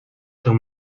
zur